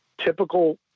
typical